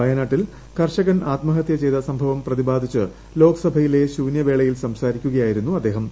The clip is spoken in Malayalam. വയനാട്ടിൽ കർഷകൻ ആത്മഹത്യ ചെയ്ത സംഭവം പ്രതിപാദിച്ച് ലോക്സഭയിലെ ശൂന്യവേളയിൽ സംസാരിക്കുകയായിരുന്നു അദ്ദേഹം